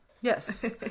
Yes